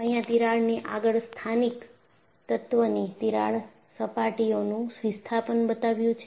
અહીંયા તિરાડ ની આગળ સ્થાનિક તત્વની તિરાડ સપાટીઓનું વિસ્થાપન બતાવ્યું છે